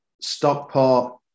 Stockport